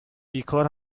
بیکار